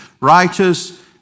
righteous